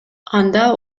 анда